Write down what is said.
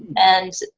and,